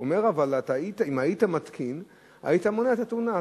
הוא אומר: אבל אם היית מתקין היית מונע את התאונה הזאת.